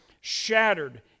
shattered